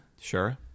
Sure